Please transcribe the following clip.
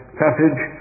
passage